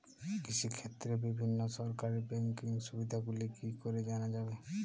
কৃষিক্ষেত্রে বিভিন্ন সরকারি ব্যকিং সুবিধাগুলি কি করে জানা যাবে?